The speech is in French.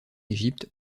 égypte